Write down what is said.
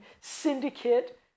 syndicate